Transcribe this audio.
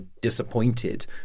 disappointed